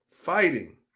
Fighting